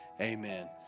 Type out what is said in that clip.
amen